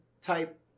type